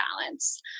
balance